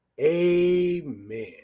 Amen